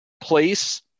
place